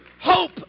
hope